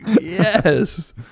yes